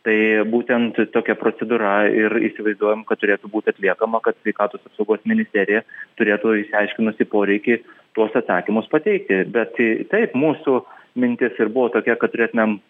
tai būtent tokia procedūra ir įsivaizduojam kad turėtų būti atliekama kad sveikatos apsaugos ministerija turėtų išsiaiškinusi poreikį tuos atsakymus pateikti bet taip mūsų mintis ir buvo tokia kad turėtumėm